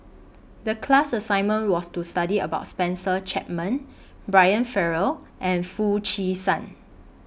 The class assignment was to study about Spencer Chapman Brian Farrell and Foo Chee San